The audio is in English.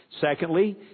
Secondly